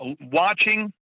watching